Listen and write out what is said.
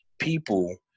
people